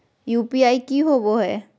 UPI की होवे हय?